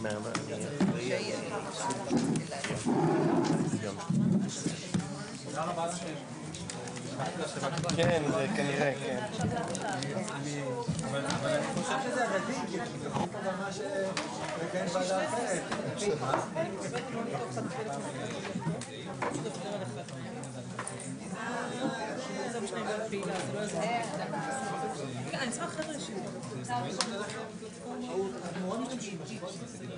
13:45.